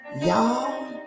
Y'all